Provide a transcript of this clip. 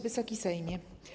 Wysoki Sejmie!